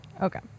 Okay